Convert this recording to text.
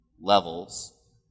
levels